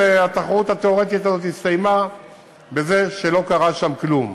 והתחרות התיאורטית הזאת הסתיימה בזה שלא קרה שם כלום.